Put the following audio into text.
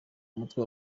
mutwe